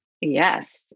Yes